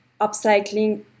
upcycling